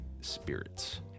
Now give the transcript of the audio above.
Spirits